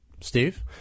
Steve